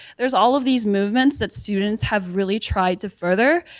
there's all of these movements that students have really tried to further,